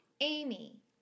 Amy